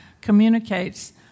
communicates